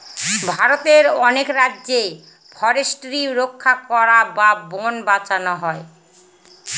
ভারতের অনেক রাজ্যে ফরেস্ট্রি রক্ষা করা বা বোন বাঁচানো হয়